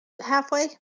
halfway